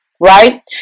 right